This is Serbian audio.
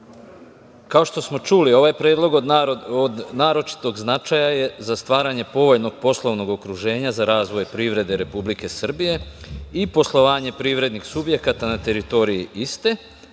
što smo čuli, ovaj predlog je od naročitog značaja za stvaranje povoljnog poslovnog okruženja za razvoj privrede Republike Srbije i poslovanje privrednih subjekata na teritoriji iste,